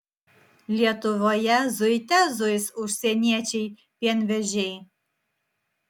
lietuvoje zuite zuis užsieniečiai pienvežiai